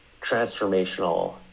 transformational